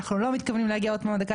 אנחנו לא מתכוונים להגיע עוד פעם לדקה